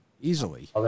easily